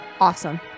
awesome